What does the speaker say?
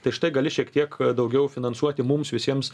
tai štai gali šiek tiek daugiau finansuoti mums visiems